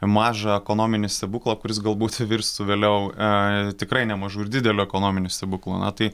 mažą ekonominį stebuklą kuris galbūt virstų vėliau tikrai nemažu ir dideliu ekonominiu stebuklu na tai